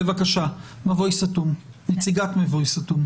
בבקשה, נציגת מבוי סתום.